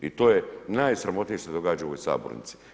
I to je najsramotnije što se događa u ovoj sabornici.